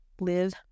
live